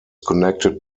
connected